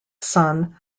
son